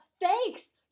thanks